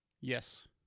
yes